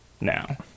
now